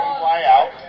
fly-out